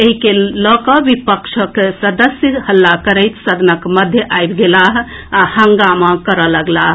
एहि के लऽ कऽ विपक्षक सदस्य हल्ला करैत सदनक मध्य आबि गेलाह आ हंगामा करए लगलाह